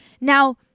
Now